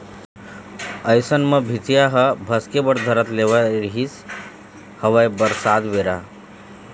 अइसन म भीतिया ह भसके बर धर लेवत रिहिस हवय बरसात बेरा